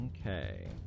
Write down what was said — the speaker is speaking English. Okay